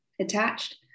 attached